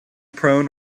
prone